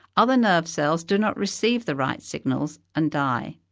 other nerve cells do not receive the right signals and die.